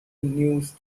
news